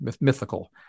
mythical